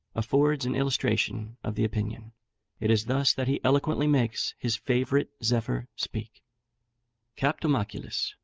affords an illustration of the opinion it is thus that he eloquently makes his favourite zephyr speak captum oculis,